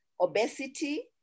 obesity